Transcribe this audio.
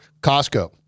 Costco